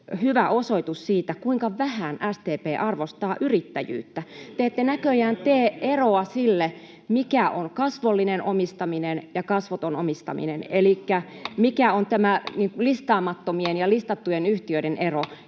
hyvä osoitus siitä, kuinka vähän SDP arvostaa yrittäjyyttä. [Kimmo Kiljusen välihuuto] Te ette näköjään tee eroa sille, mikä on kasvollinen omistaminen ja kasvoton omistaminen elikkä mikä on listaamattomien ja listattujen yhtiöiden ero.